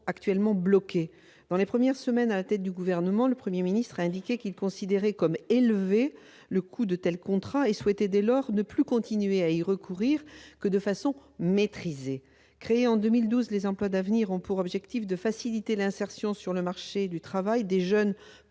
actuellement bloquées. Dans ses premières semaines à la tête du Gouvernement, le Premier ministre a indiqué qu'il considérait comme « élevé » le coût de tels contrats, et qu'il souhaitait, dès lors, ne continuer d'y recourir que « de façon maîtrisée ». Les emplois d'avenir ont été créés en 2012 ; ils ont pour objectif de faciliter l'insertion sur le marché du travail des jeunes